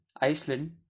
Iceland